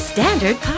Standard